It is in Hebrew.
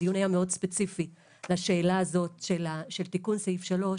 והדיון היה מאוד ספציפי לשאלה הזאת של תיקון סעיף 3,